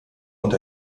und